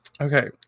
Okay